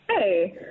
Hey